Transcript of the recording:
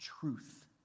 truth